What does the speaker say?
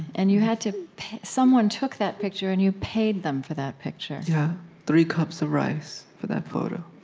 and you had to someone took that picture, and you paid them for that picture yeah three cups of rice for that photo.